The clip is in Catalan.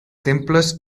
temples